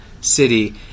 city